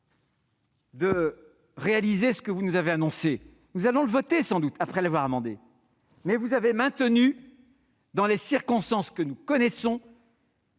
de réaliser ce que vous nous avez annoncé. Nous allons d'ailleurs sans doute l'adopter, après l'avoir amendé. Mais vous avez aussi maintenu, dans les circonstances que nous connaissons,